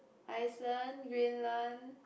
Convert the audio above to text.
Iceland Greenland